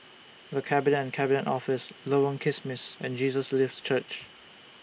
The Cabinet and Cabinet Office Lorong Kismis and Jesus Lives Church